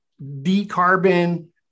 decarbon